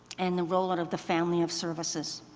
and the roll out of the family of services.